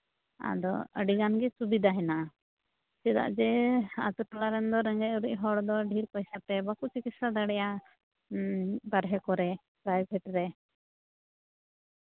ᱟᱫᱚ ᱟᱹᱰᱤᱜᱟᱱ ᱜᱮ ᱥᱩᱵᱤᱫᱟ ᱦᱮᱱᱟᱜᱼᱟ ᱪᱮᱫᱟᱜ ᱡᱮ ᱟᱹᱛᱩᱴᱚᱞᱟ ᱨᱮᱱ ᱫᱚ ᱨᱮᱸᱜᱮᱡ ᱚᱨᱮᱡ ᱦᱚᱲ ᱫᱚ ᱰᱷᱮᱨ ᱯᱚᱭᱥᱟ ᱛᱮ ᱵᱟᱠᱚ ᱪᱤᱠᱤᱥᱥᱟ ᱫᱟᱲᱮᱭᱟᱜᱼᱟ ᱵᱟᱨᱦᱮ ᱠᱚᱨᱮ ᱯᱨᱟᱭᱵᱷᱮᱹᱴ ᱨᱮ